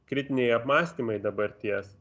kritiniai apmąstymai dabarties